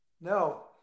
No